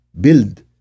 build